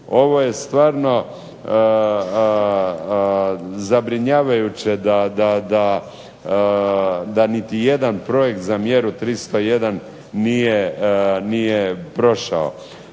Ovo je stvarno zabrinjavajuće da niti jedan projekt za mjeru 301 nije prošao.